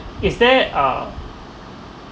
it's there a